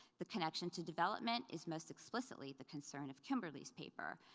the connection to development is most explicitly the concern of kimberly's paper.